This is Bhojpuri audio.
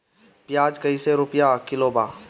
प्याज कइसे रुपया किलो बा?